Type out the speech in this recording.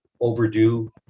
overdue